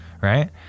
Right